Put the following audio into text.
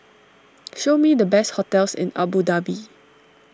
show me the best hotels in Abu Dhabi